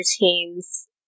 routines